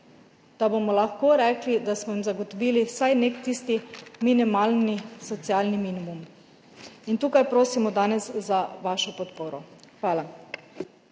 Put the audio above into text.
da bomo lahko rekli, da smo jim zagotovili vsaj nek tisti minimalni socialni minimum. Tukaj prosimo danes za vašo podporo. Hvala.